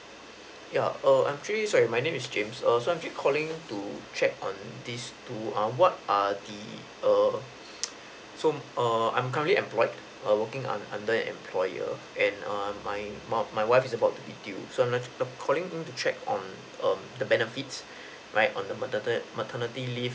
yeah err actually sorry my name is James err so I'm actually calling to check on these two err what are the err so err I'm currently employed err working un~ under an employer and err my my my wife is about to the due so I'd like I'm calling in to check on um the benefits right on the materni~ maternity leave